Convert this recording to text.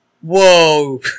Whoa